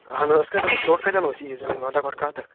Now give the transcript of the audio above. اَہنو أسۍ کَتہِ اَنو ژوٚٹ کَتہِ اَنو أسۍ عیٖذ ہٕنٛز مےٚ ونتا گۄڈٕ کَتھ اکھ